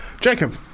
Jacob